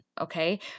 Okay